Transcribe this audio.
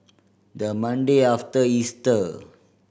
the Mmonday after Easter